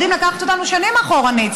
יודעים לקחת אותנו שנים אחורנית,